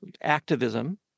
activism